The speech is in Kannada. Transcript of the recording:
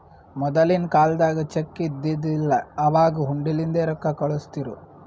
ಮೊದಲಿನ ಕಾಲ್ದಾಗ ಚೆಕ್ ಇದ್ದಿದಿಲ್ಲ, ಅವಾಗ್ ಹುಂಡಿಲಿಂದೇ ರೊಕ್ಕಾ ಕಳುಸ್ತಿರು